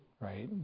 right